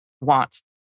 want